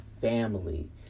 family